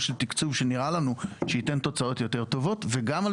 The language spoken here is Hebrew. של תקצוב שנראה לנו שייתן תוצאות יותר טובות וגם על